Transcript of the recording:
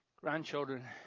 grandchildren